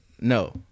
No